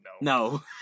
No